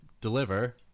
deliver